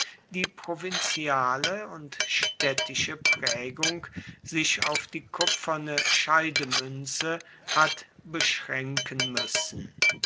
die provinziale und städtische prägung sich auf die kupferne scheidemünze hat beschränken müssen